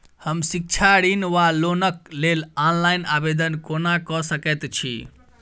हम शिक्षा ऋण वा लोनक लेल ऑनलाइन आवेदन कोना कऽ सकैत छी?